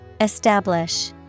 Establish